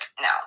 no